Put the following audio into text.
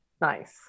Nice